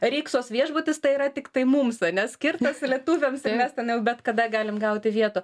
riksos viešbutis tai yra tiktai mums ane skirtas lietuviams mes ten jau bet kada galim gauti vietą